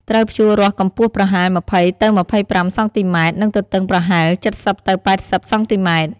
ត្រូវភ្ជួររាស់កម្ពស់ប្រហែល ២០ទៅ២៥ សង់ទីម៉ែត្រ និងទទឹងប្រហែល ៧០ទៅ៨០ សង់ទីម៉ែត្រ។